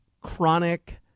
chronic